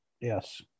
yes